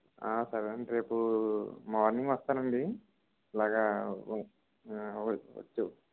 సరేనండి రేపు మార్నింగ్ వస్తానండి ఇలాగ ఒక టూ